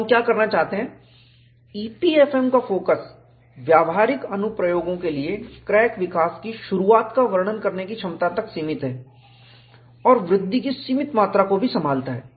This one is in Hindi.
तो हम क्या करना चाहते हैं EPFM का फोकस व्यावहारिक अनुप्रयोगों के लिए क्रैक विकास की शुरुआत का वर्णन करने की क्षमता तक सीमित है और वृद्धि की सीमित मात्रा को भी संभालता है